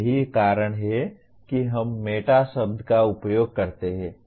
यही कारण है कि हम मेटा शब्द का उपयोग करते हैं